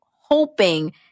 hoping